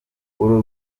uru